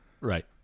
Right